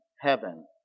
heaven